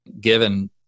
given